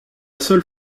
seule